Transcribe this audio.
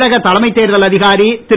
தமிழக தலைமை தேர்தல் அதிகாரி திரு